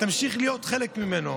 תמשיך להיות חלק ממנו.